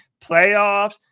Playoffs